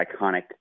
iconic